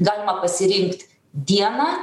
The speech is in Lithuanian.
galima pasirinkt dieną